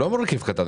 הוא לא מרכיב קטן.